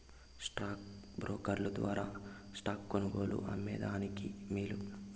stock బ్రోకర్ల ద్వారా stocks కొనుగోలు, అమ్మే దానికి మేలు